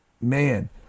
man